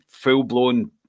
full-blown